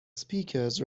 speakers